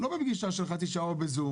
לא בפגישה של חצי שעה או בזום